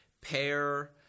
pair